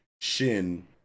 Shin